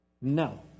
No